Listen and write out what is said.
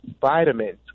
vitamins